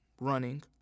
running